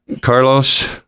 carlos